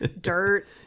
dirt